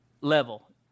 level